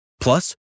Plus